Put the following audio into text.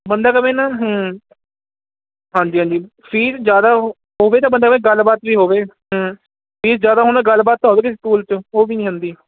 ਬੰਦੇ ਕਹੇ ਨਾ ਹਾਂਜੀ ਹਾਂਜੀ ਫੀਸ ਜ਼ਿਆਦਾ ਹੋਵੇ ਤਾਂ ਬੰਦਾ ਗੱਲਬਾਤ ਵੀ ਹੋਵੇ ਵੀ ਫੀਸ ਜ਼ਿਆਦਾ ਹੋਣ ਗੱਲਬਾਤ ਹੋਵੇ ਸਕੂਲ 'ਚ ਉਹ ਵੀ ਨਹੀਂ ਹੁੰਦੀ